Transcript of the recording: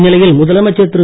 இந்நிலையில் முதலமைச்சர் திரு